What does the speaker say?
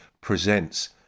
Presents